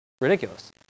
ridiculous